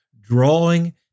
drawing